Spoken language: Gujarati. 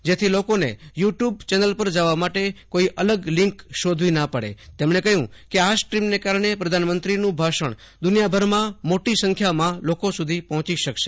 જેથી લોકોને યુ ટયૂબ ચેનલ પર જવા માટે કોઇ અલગ લિંક શોધવી ના પડે તેમજો કહ્યું કે આ સ્ટ્રીમને કારજો પ્રધાનમંત્રીનું ભાષણ દુનિયાભરમાં મોટી સંખ્યામાં લોકો સુધી પહોંચી શકશે